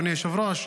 אדוני היושב-ראש.